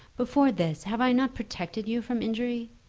before this have i not protected you from injury?